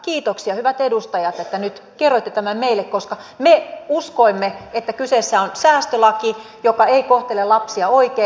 kiitoksia hyvät edustajat että nyt kerroitte tämän meille koska me uskoimme että kyseessä on säästölaki joka ei kohtele lapsia oikein